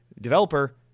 developer